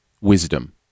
wisdom